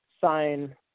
sign